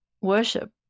worship